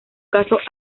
caso